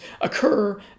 occur